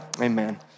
amen